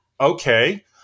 okay